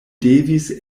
devis